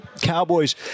Cowboys